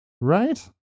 Right